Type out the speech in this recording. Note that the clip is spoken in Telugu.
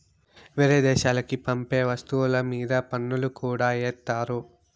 వేరే దేశాలకి పంపే వస్తువుల మీద పన్నులు కూడా ఏత్తారు